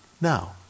now